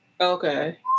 Okay